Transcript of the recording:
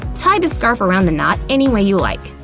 tie the scarf around the knot any way you'd like.